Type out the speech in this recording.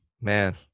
man